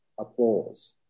applause